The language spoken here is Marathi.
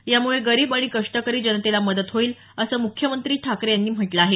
यामुळे गरीब आणि कष्टकरी जनतेला मदत होईल असं म्ख्यमंत्री ठाकरे यांनी म्हटलं आहे